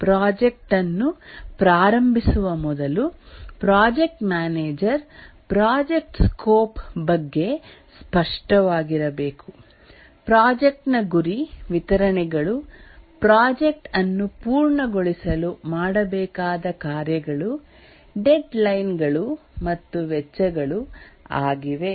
project ಅನ್ನು ಪ್ರಾರಂಭಿಸುವ ಮೊದಲು ಪ್ರಾಜೆಕ್ಟ್ ಮ್ಯಾನೇಜರ್ ಪ್ರಾಜೆಕ್ಟ್ ಸ್ಕೋಪ್ ಬಗ್ಗೆ ಸ್ಪಷ್ಟವಾಗಿರಬೇಕು ಪ್ರಾಜೆಕ್ಟ್ ನ ಗುರಿ ವಿತರಣೆಗಳು ಪ್ರಾಜೆಕ್ಟ್ ಅನ್ನು ಪೂರ್ಣಗೊಳಿಸಲು ಮಾಡಬೇಕಾದ ಕಾರ್ಯಗಳು ಡೆಡ್ ಲೈನ್ ಗಳು ಮತ್ತು ವೆಚ್ಚಗಳು ಆಗಿವೆ